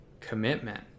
commitment